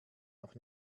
noch